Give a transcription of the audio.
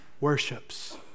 worships